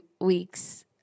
weeks